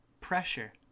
Pressure